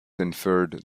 inferred